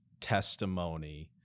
testimony